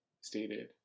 stated